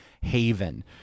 haven